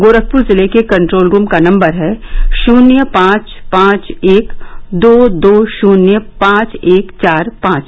गोरखपुर जिले के control room का नम्बर है शुन्य पांच पांच एक दो दो शुन्य पांच एक चार पांच